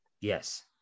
yes